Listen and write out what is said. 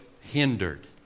hindered